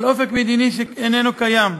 על אופק מדיני שאיננו קיים.